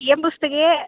इयं पुस्तके